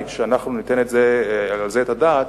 אתה תנמק